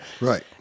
Right